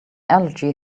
allergy